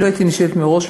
אילו הייתי נשאלת מראש,